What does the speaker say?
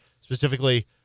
specifically